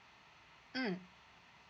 mm